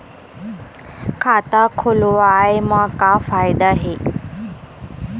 खाता खोलवाए मा का फायदा हे